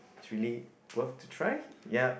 chilli both to try ya